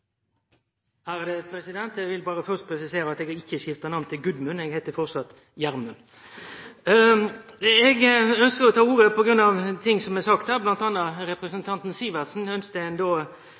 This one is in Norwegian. Eg vil først presisere at eg ikkje har skifta namn til Gudmund. Eg heiter framleis Gjermund. Eg ønskjer å ta ordet på grunn av ting som er sagt her. Mellom anna ønskte representanten Sivertsen